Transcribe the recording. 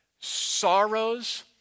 sorrows